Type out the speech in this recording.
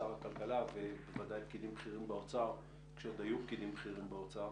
שרה כלכלה ובוודאי פקידים בכירים באוצר כשעוד היו פקידים בכירים באוצר